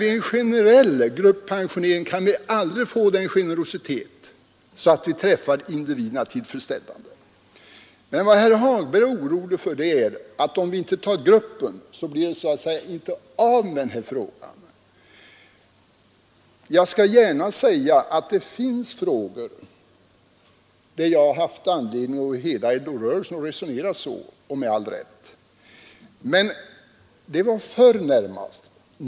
Vid en generell gruppensionering kan vi aldrig få en sådan generositet att vi träffar individernas situation tillfredsställande. Vad herr Hagberg är orolig för är att om vi inte avgör gruppvis så blir det inte någonting av med en lösning. Jag skall gärna medge att det finns frågor där jag — och hela LO-rörelsen — med all rätt haft anledning att resonera så. Men det var närmast förr.